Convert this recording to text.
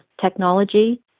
technology